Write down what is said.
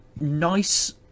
nice